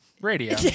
radio